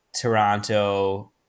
Toronto